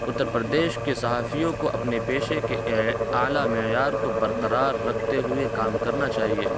اتر پردیش کے صحافیوں کو اپنے پیشے کے اعلیٰ معیار کو برقرار رکھتے ہوئے کام کرنا چاہیے